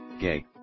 gay